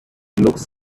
looks